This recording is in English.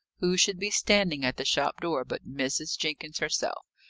who should be standing at the shop-door but mrs. jenkins herself.